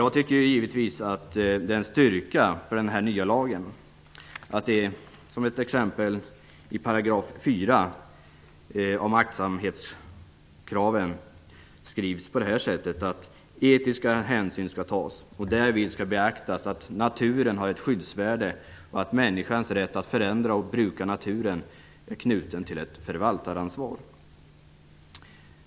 Jag tycker givetvis att det är en styrka hos den här nya lagen att det t.ex. i 4 § om aktsamhetskraven sägs att etiska hänsyn skall tas, och därvid skall beaktas att naturen har ett skyddsvärde och att människans rätt att förändra och bruka naturen är knuten till ett förvaltaransvar.